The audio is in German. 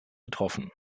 getroffen